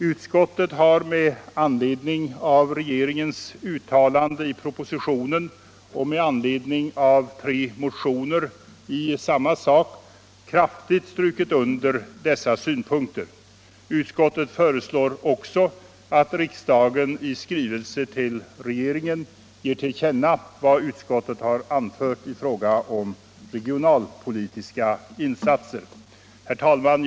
Utskottet har med anledning av regeringens uttalande i propositionen och med anledning av tre motioner i samma sak kraftigt strukit under dessa synpunkter. Utskottet föreslår också att riksdagen i skrivelse till regeringen ger till känna vad utskottet anfört i fråga om regionalpolitiska insatser. Herr talman!